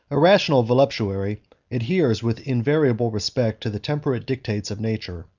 a rational voluptuary adheres with invariable respect to the temperate dictates of nature,